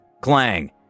Clang